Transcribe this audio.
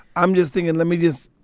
i'm just thinking, let me just,